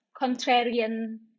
contrarian